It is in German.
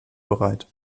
bereit